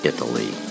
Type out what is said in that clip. Italy